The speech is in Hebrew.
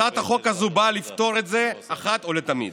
הצעת החוק הזאת באה לפתור את זה אחת ולתמיד.